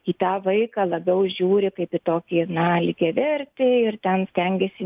į tą vaiką labiau žiūri kaip į tokį na lygiavertį ir ten stengiasi